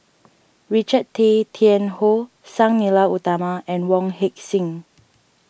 Richard Tay Tian Hoe Sang Nila Utama and Wong Heck Sing